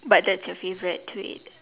but that's your favourite to eat